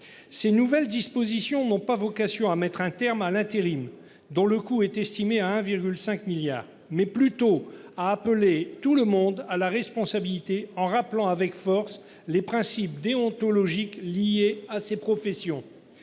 Ces nouvelles dispositions n'ont pas vocation à mettre un terme à l'intérim, dont le coût est estimé à 1,5 milliards mais plutôt a appelé tout le monde a la responsabilité en rappelant avec force les principes déontologiques liées à ces professions.